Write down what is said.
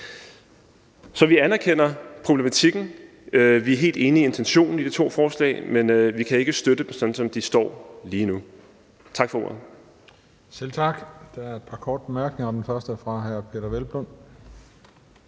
Så vi anerkender problematikken, og vi er helt enige i intentionen i de to forslag, men vi kan ikke støtte dem, sådan som de står lige nu. Tak for ordet. Kl. 11:35 Den fg. formand (Christian Juhl): Selv tak. Der er et par korte bemærkninger, og den første er fra hr. Peder Hvelplund.